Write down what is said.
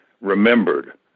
remembered